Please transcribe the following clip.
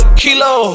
kilo